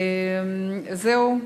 זהו.